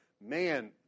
man